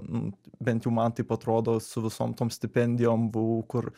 n bent jau man taip atrodo su visom tom stipendijom buvau kur